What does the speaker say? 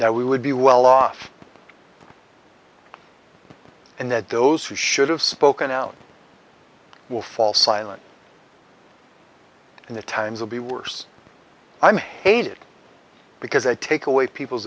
that we would be well off and that those who should have spoken out will fall silent and the times will be worse i'm hated because i take away people's